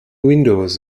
windows